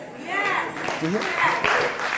yes